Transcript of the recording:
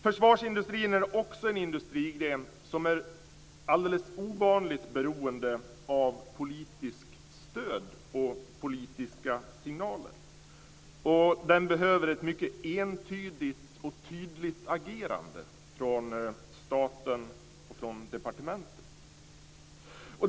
Försvarsindustrin är också en industrigren som är alldeles ovanligt beroende av politiskt stöd och politiska signaler. Den behöver ett mycket entydigt och tydligt agerande från staten och från departementet.